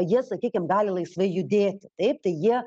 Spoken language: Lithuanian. jie sakykim gali laisvai judėti taip tai jie